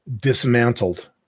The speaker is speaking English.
dismantled